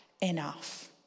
enough